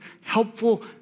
helpful